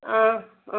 অ' অ'